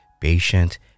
patient